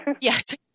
Yes